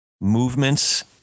movements